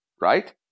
right